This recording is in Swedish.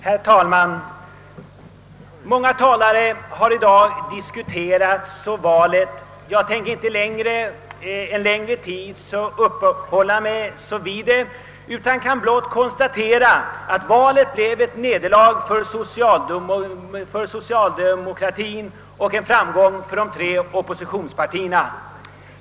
Herr talman! Många talare har i dag diskuterat valet. Jag ämnar inte under någon längre tid uppehålla mig vid detta utan kan blott konstatera att valet blev ett nederlag för socialdemokratien och en framgång för de tre oppositionspartierna.